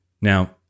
Now